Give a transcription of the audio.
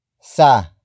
Sa